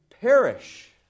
perish